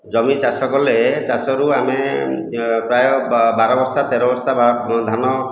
ଜମି ଚାଷ କଲେ ଚାଷରୁ ଆମେ ପ୍ରାୟ ବାର ବସ୍ତା ତେର ବସ୍ତା ଧାନ